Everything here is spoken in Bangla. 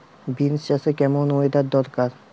বিন্স চাষে কেমন ওয়েদার দরকার?